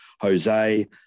Jose